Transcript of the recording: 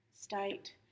state